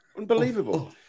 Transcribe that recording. Unbelievable